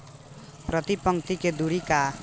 प्रति पंक्ति के दूरी का होखे?